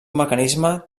mecanisme